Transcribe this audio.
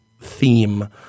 theme